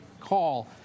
call